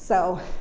so,